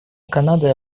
канады